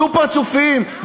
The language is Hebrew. דו-פרצופיים,